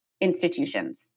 institutions